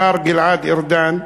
השר גלעד ארדן,